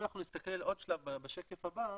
אם נסתכל עוד שלב בשקף הבא,